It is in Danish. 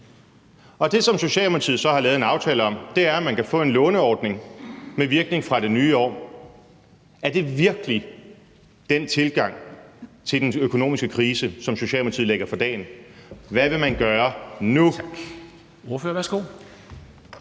Og det, som Socialdemokratiet så har lavet en aftale om, er, at man kan få en låneordning med virkning fra det nye år. Er det virkelig den tilgang til den økonomiske krise, som Socialdemokratiet lægger for dagen? Hvad vil man gøre nu?